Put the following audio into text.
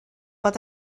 bod